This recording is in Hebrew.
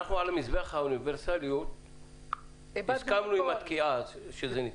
על מזבח האוניברסליות הסכמנו להיתקע כפי שזה נתקע.